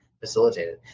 Facilitated